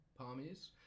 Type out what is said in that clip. palmies